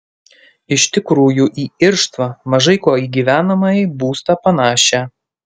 iš tikrųjų į irštvą mažai kuo į gyvenamąjį būstą panašią